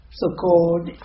so-called